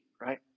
right